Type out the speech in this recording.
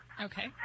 Okay